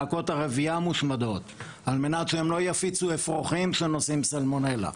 להקות הרבייה מושמדות על מנת שהם לא יפיצו אפרוחים שנושאים סלמונלה,